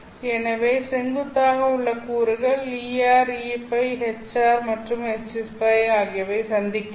எனவே செங்குத்தாக உள்ள கூறுகள் Er Eϕ Hr மற்றும் Hϕ ஆகியவை சந்திக்கின்றன